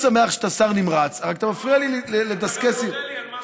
יושבת-ראש התנועה שלי ציפי לבני כבר הודיעה מראש